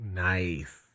nice